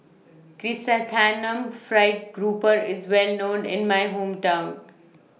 Chrysanthemum Fried Grouper IS Well known in My Hometown